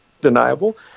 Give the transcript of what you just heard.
deniable